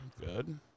good